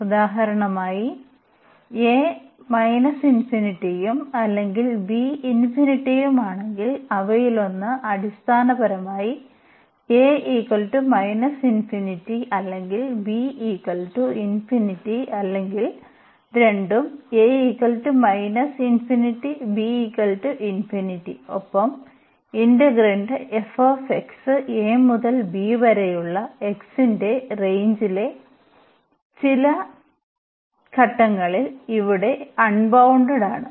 ഉദാഹരണമായി a ∞ യും അല്ലെങ്കിൽ b ∞ യും ആണെങ്കിൽ അവയിലൊന്ന് അടിസ്ഥാനപരമായി a ∞ അല്ലെങ്കിൽ b ∞ അല്ലെങ്കിൽ രണ്ടും a ∞ b ∞ ഒപ്പം ഇന്റഗ്രാന്റ് f a മുതൽ b വരെയുള്ള x ന്റെ റേഞ്ചിലെ ചില ഘട്ടങ്ങളിൽ ഇവിടെ അൺബൌണ്ടഡ് ആണ്